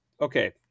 Okay